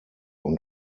und